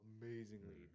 Amazingly